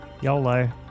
YOLO